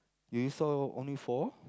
do you saw only four